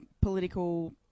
political